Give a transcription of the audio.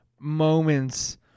moments